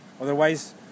otherwise